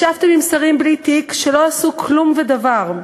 ישבתם עם שרים בלי תיק, שלא עשו כלום ודבר.